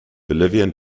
bolivian